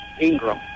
Ingram